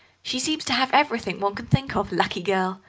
she seems to have everything one can think of, lucky girl.